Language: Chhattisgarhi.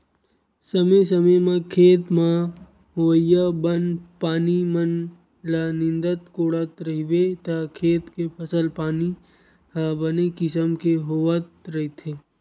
समे समे म खेत म होवइया बन पानी मन ल नींदत कोड़त रहिबे त खेत के फसल पानी ह बने किसम के होवत रहिथे